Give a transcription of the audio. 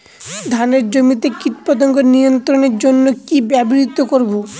ধানের জমিতে কীটপতঙ্গ নিয়ন্ত্রণের জন্য কি ব্যবহৃত করব?